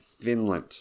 Finland